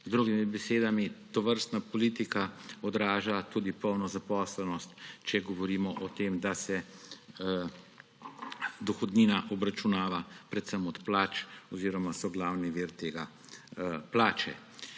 Z drugimi besedami tovrstna politika odraža tudi polno zaposlenost, če govorimo o tem, da se dohodnina obračunava predvsem od plač oziroma so glavni vir tega plače.